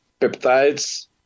peptides